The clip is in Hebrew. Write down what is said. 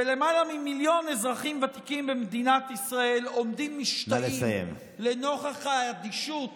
ולמעלה ממיליון אזרחים ותיקים במדינת ישראל עומדים משתאים לנוכח האדישות